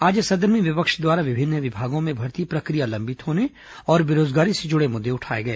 आज सदन में विपक्ष द्वारा विभिन्न विभागों में भर्ती प्रक्रिया लंबित होने और बेरोजगारी से जुड़े मुद्दे उठाए गए